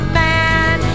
man